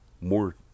more